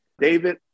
David